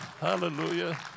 Hallelujah